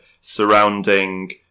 surrounding